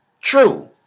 True